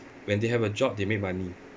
when they have a job they make money